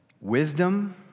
Wisdom